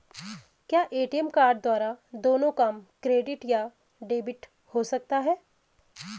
क्या ATM card द्वारा दोनों काम क्रेडिट या डेबिट हो सकता है?